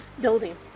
building